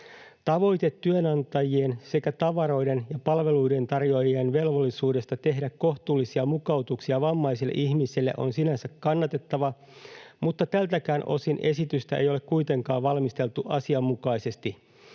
Tavoite työnantajien sekä tavaroiden ja palveluiden tarjoajien velvollisuudesta tehdä kohtuullisia mukautuksia vammaisille ihmisille on sinänsä kannatettava, mutta tältäkään osin esitystä ei ole kuitenkaan valmisteltu asianmukaisesti.